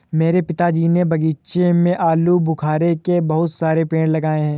मेरे पिताजी ने बगीचे में आलूबुखारे के बहुत सारे पेड़ लगाए हैं